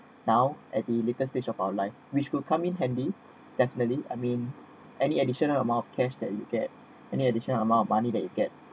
now at the later stage of outline which could come in handy definitely I mean any additional amount of cash that you get any additional amount of money that you get